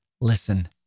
Listen